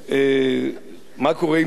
עם דיבור של לשון הרע,